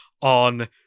on